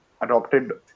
adopted